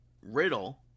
Riddle